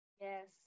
Yes